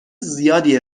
زیادی